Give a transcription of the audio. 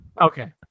Okay